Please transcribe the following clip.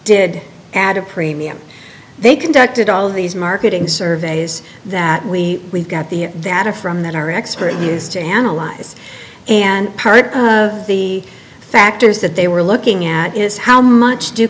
did add a premium they conducted all these marketing surveys that we got the that are from that our expert used to analyze and part of the factors that they were looking at is how much do